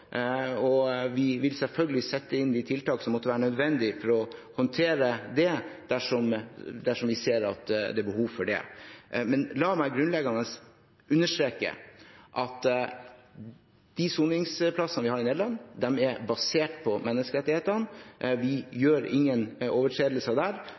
og vi vil selvfølgelig sette inn de tiltak som måtte være nødvendig for å håndtere det, dersom vi ser at det er behov for det. Men la meg understreke at de soningsplassene vi har i Nederland, er basert på menneskerettighetene, og vi gjør ingen overtredelser der.